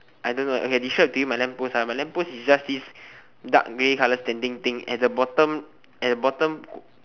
I don't know okay I describe to you my lamp post ah my lamp post is just this dark grey colour standing thing at the bottom at the bottom